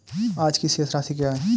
आज की शेष राशि क्या है?